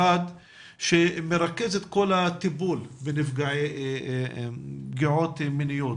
שמרכז את כל הטיפול בנפגעי פגיעות מיניות,